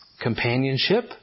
companionship